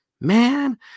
man